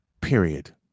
Period